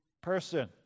person